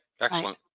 Excellent